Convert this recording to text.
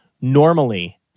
Normally